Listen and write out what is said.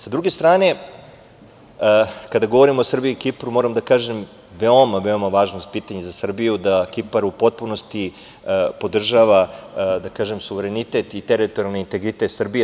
Sa druge strane kada govorimo o Srbiji i Kipru moram da kažem veoma, veoma važno pitanje za Srbije da Kipar u potpunosti podržava suverenitet i teritorijalni integritet Srbije.